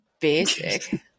basic